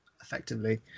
effectively